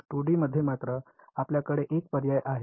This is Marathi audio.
2D मध्ये मात्र आपल्याकडे एक पर्याय आहे